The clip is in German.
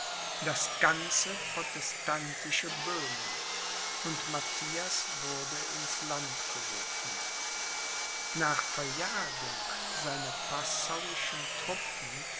das ganze protestantische böhmen und matthias wurde ins land gerufen nach verjagung seiner passauischen truppen